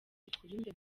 ikurinde